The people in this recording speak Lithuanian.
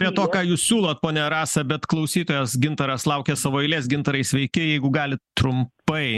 prie to ką jūs siūlot ponia rasa bet klausytojas gintaras laukia savo eilės gintarai sveiki jeigu galit trumpai